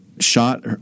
Shot